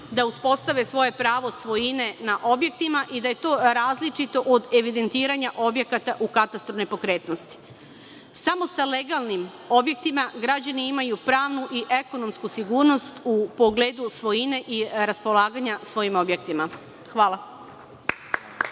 da uspostave svoje pravo svojine na objektima i da je to različito od evidentiranja objekata u katastar nepokretnosti. Samo sa legalnim objektima građani imaju pravnu i ekonomsku sigurnost u pogledu svojine i raspolaganja svojim objektima. Hvala.